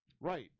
Right